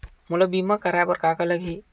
मोला बीमा कराये बर का का लगही?